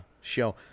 show